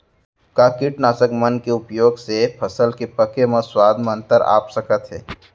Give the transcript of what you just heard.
का कीटनाशक मन के उपयोग से फसल के पके म स्वाद म अंतर आप सकत हे?